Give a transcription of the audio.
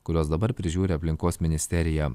kuriuos dabar prižiūri aplinkos ministerija